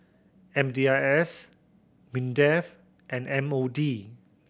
M D I S MINDEF and M O D